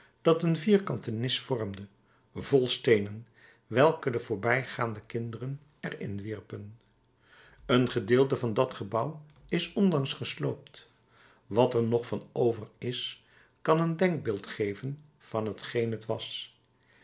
dat een vierkante nis vormde vol steenen welke de voorbijgaande kinderen er in wierpen een gedeelte van dat gebouw is onlangs gesloopt wat er nog van over is kan een denkbeeld geven van t geen het was